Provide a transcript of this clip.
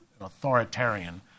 authoritarian